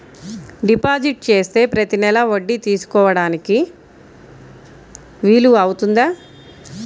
Deposit చేస్తే ప్రతి నెల వడ్డీ తీసుకోవడానికి వీలు అవుతుందా?